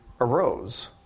arose